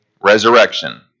resurrection